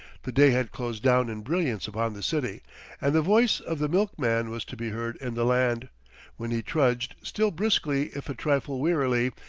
the day had closed down in brilliance upon the city and the voice of the milkman was to be heard in the land when he trudged, still briskly if a trifle wearily,